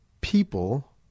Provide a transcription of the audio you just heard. people